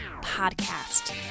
podcast